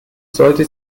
sollte